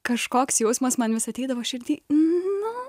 kažkoks jausmas man vis ateidavo širdy nu